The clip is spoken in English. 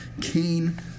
Cain